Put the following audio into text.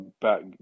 back